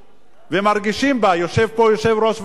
יושב פה יושב-ראש ועדת ביקורת המדינה,